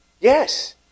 yes